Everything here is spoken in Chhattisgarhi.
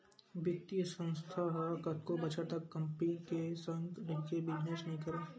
बित्तीय संस्था ह कतको बछर तक कंपी के संग रहिके बिजनेस नइ करय